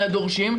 אלא דורשים,